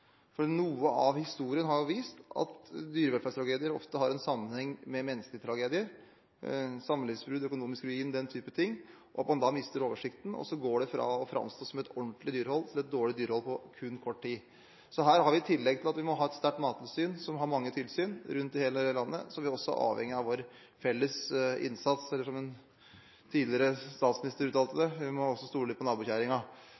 Noe av historien har jo vist at dyrevelferdstragedier ofte har en sammenheng med menneskelige tragedier – samlivsbrudd, økonomisk ruin og den type ting – og at man da mister oversikten, og så går det fra å framstå som et ordentlig til et dårlig dyrehold på kun kort tid. Så i tillegg til at vi må ha et sterkt mattilsyn, som har mange tilsyn rundt i hele landet, er vi også avhengig av vår felles innsats. Eller som en tidligere statsminister uttalte